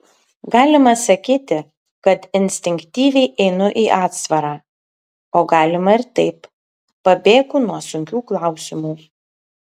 galima sakyti kad instinktyviai einu į atsvarą o galima ir taip pabėgu nuo sunkių klausimų